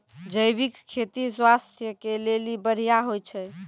जैविक खेती स्वास्थ्य के लेली बढ़िया होय छै